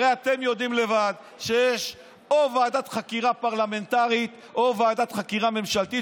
הרי אתם יודעים לבד שיש או ועדת חקירה פרלמנטרית או ועדת חקירה ממשלתית,